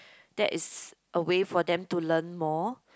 that is a way for them to learn more